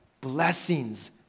blessings